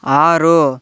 ఆరు